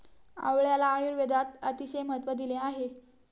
आवळ्याला आयुर्वेदात अतिशय महत्त्व दिलेले आहे